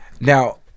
Now